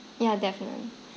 ya definitely